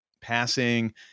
passing